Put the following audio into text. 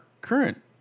current